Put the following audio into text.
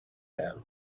man